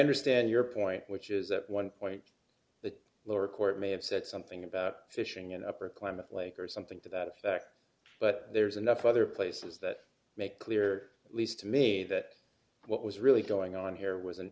understand your point which is at one point the lower court may have said something about fishing in upper klamath lake or something to that effect but there's enough other places that make clear at least to me that what was really going on here was an